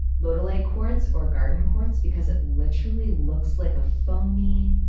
lodolite quartz, or garden quartz, because it literally looks like a foamy,